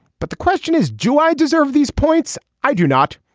but the question is do i deserve these points. i do not.